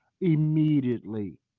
immediately